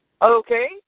Okay